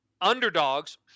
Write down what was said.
underdogs